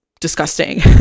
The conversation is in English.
disgusting